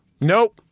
Nope